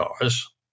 cars